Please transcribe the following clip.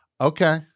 Okay